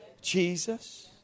Jesus